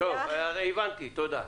הבנתי, תודה.